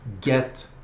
get